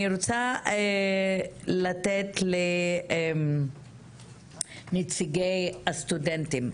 אני רוצה לתת את רשות הדיבור לנציגי הסטודנטים.